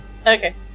Okay